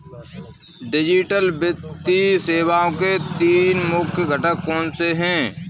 digital वित्तीय सेवाओं के तीन मुख्य घटक कौनसे हैं